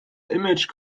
image